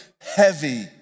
heavy